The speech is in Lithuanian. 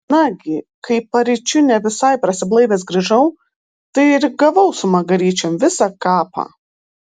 nagi kai paryčiu ne visai prasiblaivęs grįžau tai ir gavau su magaryčiom visą kapą